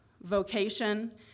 vocation